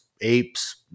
apes